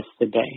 today